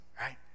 right